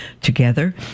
together